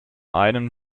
einen